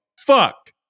fuck